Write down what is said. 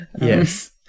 Yes